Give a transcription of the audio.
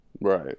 right